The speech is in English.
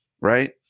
Right